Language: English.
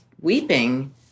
weeping